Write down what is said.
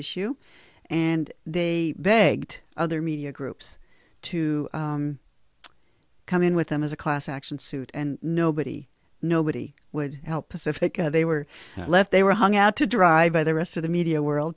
issue and they begged other media groups to coming with them as a class action suit and nobody nobody would help pacifica they were left they were hung out to dry by the rest of the media world